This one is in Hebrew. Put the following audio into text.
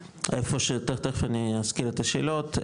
תיכף אני אזכיר את השאלות,